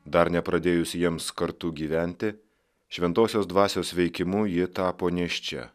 dar nepradėjus jiems kartu gyventi šventosios dvasios veikimu ji tapo nėščia